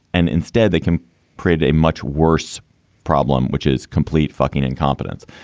and instead they can create a much worse problem, which is complete fucking incompetence.